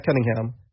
Cunningham